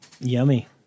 Yummy